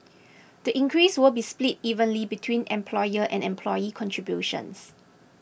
the increase will be split evenly between employer and employee contributions